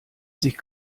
sich